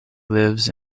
lives